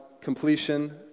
completion